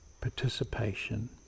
participation